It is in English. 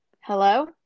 Hello